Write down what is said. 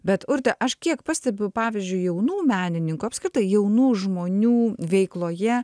bet urte aš kiek pastebiu pavyzdžiui jaunų menininkų apskritai jaunų žmonių veikloje